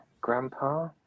Grandpa